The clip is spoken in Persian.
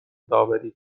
داوری